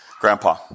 Grandpa